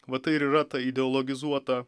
va ta ir yra ta ideologizuota